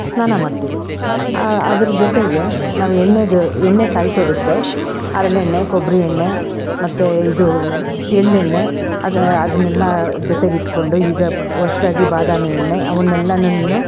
ಸ್ನಾನ ಮಾಡ್ತಿವಿ ಅದ್ರ ಜೊತೆಗೆ ನಾವು ಎಣ್ಣೆ ಜೊ ಎಣ್ಣೆ ಕಾಯ್ಸೋದಕ್ಕೆ ಹರಳೆಣ್ಣೆ ಕೊಬ್ಬರಿ ಎಣ್ಣೆ ಮತ್ತು ಇದು ಎಳ್ಳೆಣ್ಣೆ ಅದ ಅದನ್ನೆಲ್ಲ ಜೊತೆಗೆ ಇಟ್ಟುಕೊಂಡು ಈಗ ಹೊಸ್ದಾಗಿ ಬಾದಾಮಿ ಎಣ್ಣೆ ಅವುನ್ನೆಲ್ಲನು